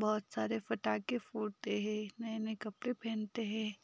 बहुत सारे पटाखे फोड़ते हैं नए नए कपड़े पहनते हैं